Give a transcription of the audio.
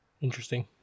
Interesting